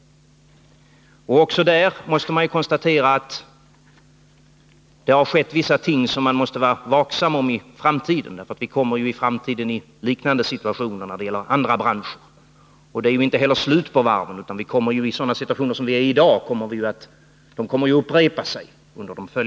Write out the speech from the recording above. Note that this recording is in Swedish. Också där måste jag konstatera att det har skett vissa ting som man måste vara vaksam mot i framtiden i liknande situationer både i andra branscher och när det gäller varven. Det är ju inte slut på problemen inom varvsindustrin, utan den situation vi befinner oss i i dag kommer att upprepas.